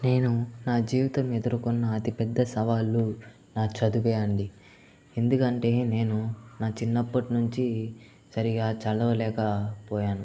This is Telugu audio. నేను నా జీవితం ఎదుర్కొన్న అతిపెద్ద సవాళ్లు నా చదువే అండి ఎందుకంటే నేను నా చిన్నప్పటి నుంచి సరిగా చదవలేకపోయాను